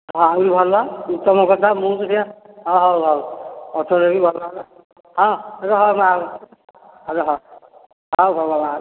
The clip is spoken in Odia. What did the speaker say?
ହଁ ଆହୁରି ଭଲ ଉତ୍ତମ କଥା ମୁଁ ତ ସେଇଆ ହଁ ହଉ ହଉ ଅଟୋ ନେବି ଭଲ ହେଲା ହଁ ରହ ମା' ରହ ହଉ ହଉ ହଉ ଆ